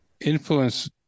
influence